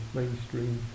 mainstream